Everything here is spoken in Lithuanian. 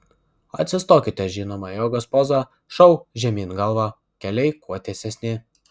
atsistokite žinoma jogos poza šou žemyn galva keliai kuo tiesesni